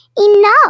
Enough